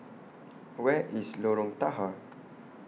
Where IS Lorong Tahar